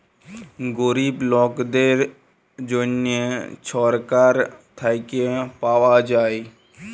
গরিব লকদের জ্যনহে ছরকার থ্যাইকে পাউয়া যায়